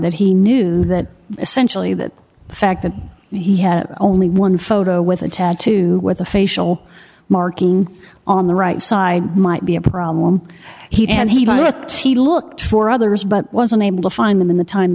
that he knew that essentially that the fact that he had only one photo with a tattoo with a facial marking on the right side might be a problem he and he she looked for others but was unable to find them in the time